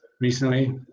recently